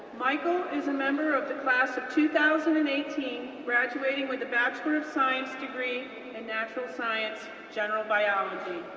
michael is a member of the class of two thousand and eighteen, graduating with a bachelor of science degree in natural science, general biology.